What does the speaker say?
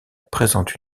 présente